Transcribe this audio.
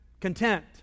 content